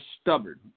stubborn